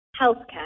Healthcare